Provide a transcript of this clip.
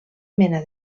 mena